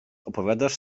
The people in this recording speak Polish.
opowiadasz